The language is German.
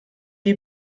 die